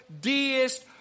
deist